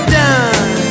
done